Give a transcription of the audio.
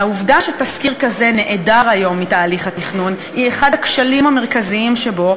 העובדה שתסקיר כזה חסר היום בתהליך התכנון היא אחד הכשלים המרכזיים שבו,